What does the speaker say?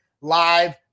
live